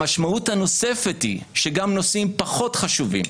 המשמעות הנוספת היא שגם נושאים פחות "חשובים"